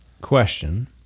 Question